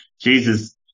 Jesus